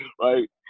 right